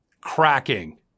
cracking